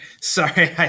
sorry